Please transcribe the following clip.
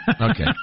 Okay